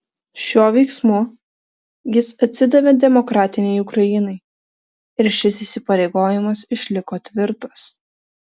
šiuo veiksmu jis atsidavė demokratinei ukrainai ir šis įsipareigojimas išliko tvirtas